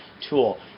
tool